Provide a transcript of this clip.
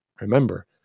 Remember